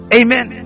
amen